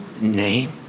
name